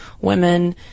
women